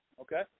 Okay